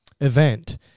event